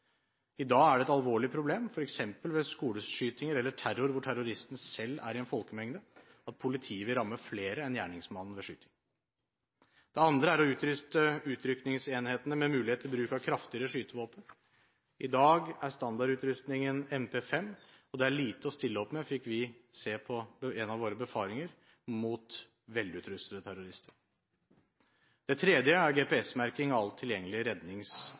I dag er det alvorlig problem, f.eks. ved skoleskytinger eller terror hvor terroristen selv er i en folkemengde, at politiet vil ramme flere enn gjerningsmannen ved skyting. Det andre er å utruste utrykningsenhetene med mulighet for bruk av kraftigere skytevåpen. I dag er standardutrustningen MP5, og på en av våre befaringer fikk vi se at det er lite å stille opp med mot velutrustede terrorister. Det tredje er GPS-merking av alt tilgjengelig rednings-